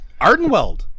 Ardenweld